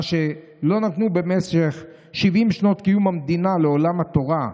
מה שלא נתנו במשך 70 שנות קיום המדינה לעולם התורה,